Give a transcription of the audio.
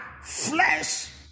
Flesh